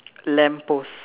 lamp post